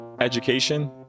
Education